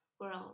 world